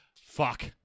fuck